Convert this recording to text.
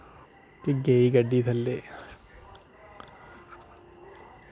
कि गेई गड्डी थल्ले